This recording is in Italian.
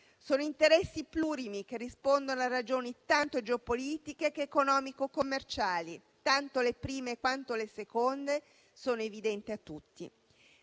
Sono interessi plurimi, che rispondono a ragioni tanto geopolitiche che economico-commerciali, tanto le prime quanto le seconde sono evidenti a tutti.